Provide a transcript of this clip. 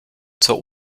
zur